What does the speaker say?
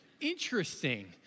Interesting